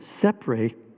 separate